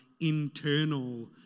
internal